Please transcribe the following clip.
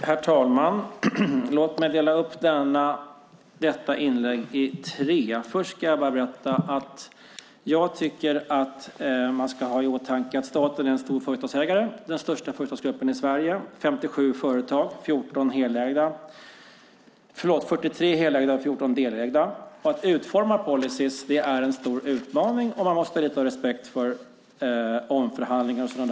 Herr talman! Låt mig dela upp mitt inlägg i tre delar. Jag tycker att man ska ha i åtanke att staten är en stor företagsägare, den största företagsgruppen i Sverige, med 57 företag varav 43 helägda och 14 delägda. Att utforma policyer är en stor utmaning, och man måste ha respekt för omförhandlingar och sådant.